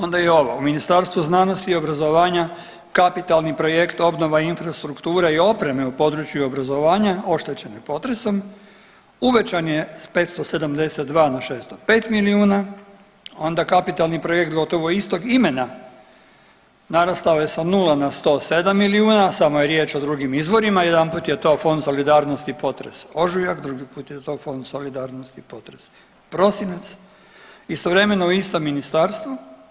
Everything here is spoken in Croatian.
Onda i ovo u Ministarstvu znanosti i obrazovanja kapitalni projekt obnova i infrastruktura i opreme u području obrazovanja oštećene potresom uvećan je s 572 na 605 milijuna, onda kapitalni projekt gotovo istog imena narastao je sa nula na 107 milijuna samo je riječ o drugim izvorima, jedanput je to Fond solidarnosti potresa ožujak, drugi put je to Fond solidarnosti potresa prosinac, istovremeno ista ministarstva.